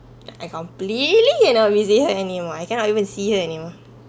I completely cannot visit her anymore I cannot even see her anymore